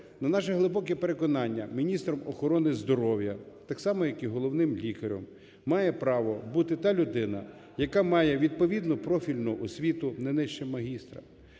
На наше глибоке переконання міністром охорони здоров'я так само як і головним лікарем має право бути та людина, яка має відповідну профільну освіту не нижче магістра,